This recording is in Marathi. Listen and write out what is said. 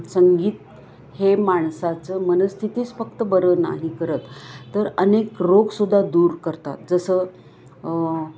संगीत हे माणसाचं मनस्थितीच फक्त बरं नाही करत तर अनेक रोगसुद्धा दूर करतात जसं